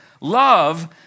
Love